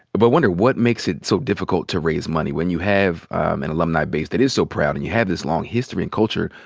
but what makes it so difficult to raise money? when you have an alumni base that is so proud and you have this long history and culture,